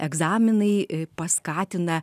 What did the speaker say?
egzaminai paskatina